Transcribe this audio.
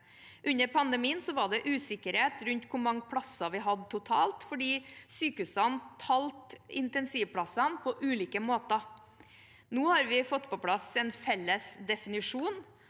Under pandemien var det usikkerhet rundt hvor mange plasser vi hadde totalt, fordi sykehusene talte intensivplassene på ulike måter. Nå har vi fått på plass en felles definisjon.